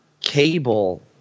cable